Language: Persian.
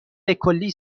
بکلی